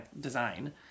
design